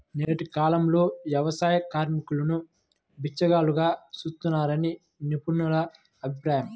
నేటి కాలంలో వ్యవసాయ కార్మికులను బిచ్చగాళ్లుగా చూస్తున్నారని నిపుణుల అభిప్రాయం